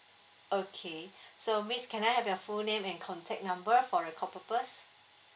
okay so miss can I have your full name and contact number for record purpose